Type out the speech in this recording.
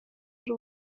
ari